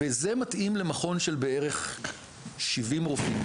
וזה מתאים למכון של בערך 70 רופאים.